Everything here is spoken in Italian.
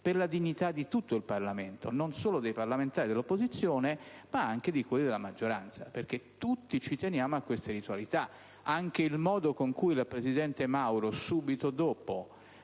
per la dignità di tutto il Parlamento: non solo dei parlamentari dell'opposizione, ma anche di quelli della maggioranza. Tutti teniamo a queste ritualità. Anche il modo in cui la presidente Mauro, subito dopo